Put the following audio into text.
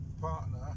partner